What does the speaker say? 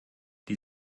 die